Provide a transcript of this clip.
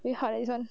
very hard eh this [one]